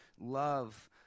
love